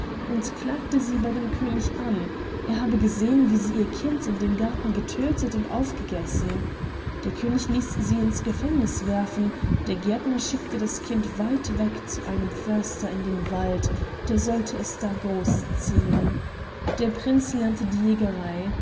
und klagte sie bei dem könig an er habe gesehen wie sie ihr kind in dem garten getödtet und aufgegessen der könig ließ sie ins gefängniß werfen der gärtner schickte das kind weit weg zu einem förster in den wald der sollte es da groß ziehen der prinz lernte die jägerei